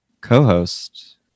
co-host